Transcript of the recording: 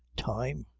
time!